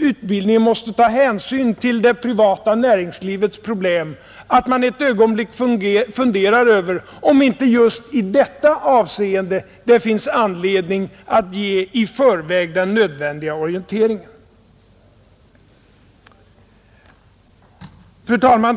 utbildningen tar hänsyn till det privata näringslivets problem, att ett ögonblick fundera över om det inte just i detta avseende finns anledning att i förväg ge den nödvändiga orienteringen? Fru talman!